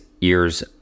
years